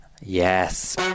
Yes